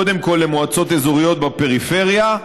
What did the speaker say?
קודם כול למועצות אזוריות בפריפריה,